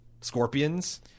Scorpions